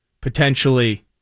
potentially